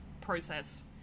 process